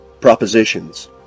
propositions